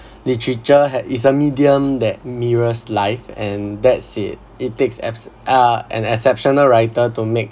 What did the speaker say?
literature had it's a medium that mirrors life and that's it it takes apps~ uh an exceptional writer to make